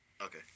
okay